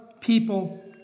people